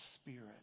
Spirit